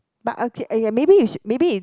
but okay uh ya maybe you should maybe